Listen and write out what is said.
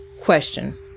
question